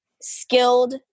skilled